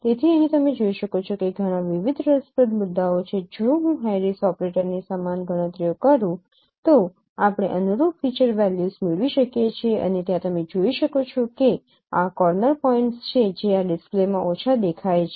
તેથી અહીં તમે જોઈ શકો છો કે ઘણાં વિવિધ રસપ્રદ મુદ્દાઓ છે જો હું હેરિસ ઓપરેટર ની સમાન ગણતરીઓ કરું તો આપણે અનુરૂપ ફીચર વેલ્યુસ મેળવી શકીએ છીએ અને ત્યાં તમે જોઈ શકો છો કે આ કોર્નર પોઇન્ટ્સ છે જે આ ડિસ્પ્લેમાં ઓછા દેખાય છે